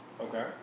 Okay